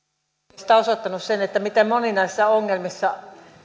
oikeastaan osoittanut sen miten moninaisissa ongelmissa